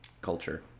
culture